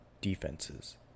defenses